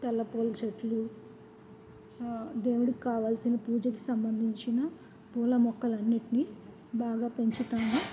తెల్ల పూల చెట్లు దేవుడికి కావాల్సిన పూజకి సంబంధించిన పూల మొక్కలన్నిటిని బాగా పెంచుతాము